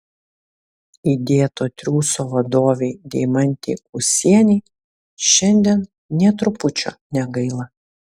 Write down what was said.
įdėto triūso vadovei deimantei ūsienei šiandien nė trupučio negaila